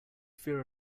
fear